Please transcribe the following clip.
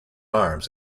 arms